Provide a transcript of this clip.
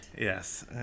yes